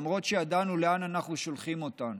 למרות שידענו לאן אנחנו שולחים אותן.